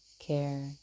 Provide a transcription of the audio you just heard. care